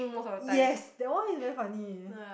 yes that one is very funny